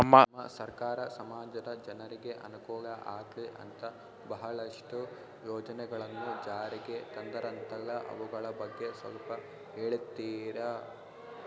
ನಮ್ಮ ಸರ್ಕಾರ ಸಮಾಜದ ಜನರಿಗೆ ಅನುಕೂಲ ಆಗ್ಲಿ ಅಂತ ಬಹಳಷ್ಟು ಯೋಜನೆಗಳನ್ನು ಜಾರಿಗೆ ತಂದರಂತಲ್ಲ ಅವುಗಳ ಬಗ್ಗೆ ಸ್ವಲ್ಪ ಹೇಳಿತೀರಾ?